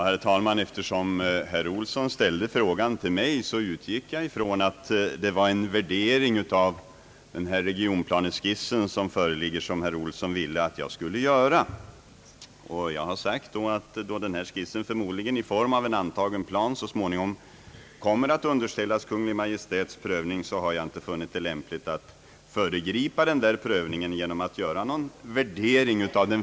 Herr talman! Eftersom herr Olsson ställde frågan till mig utgick jag från att det var en värdering av den föreliggande regionplaneskissen som han ville att jag skulle göra. Då har jag svarat att eftersom denna skiss förmodligen kommer att i form av en antagen plan så småningom <:underställas Kungl. Maj:ts prövning har jag inte funnit det lämpligt att föregripa den prövningen genom att nu göra någon värdering.